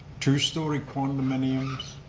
two-story condominiums,